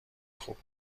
خوب